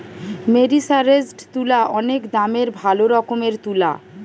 মেরিসারেসজড তুলা অনেক দামের ভালো রকমের তুলা